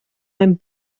mijn